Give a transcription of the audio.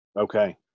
Okay